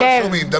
אני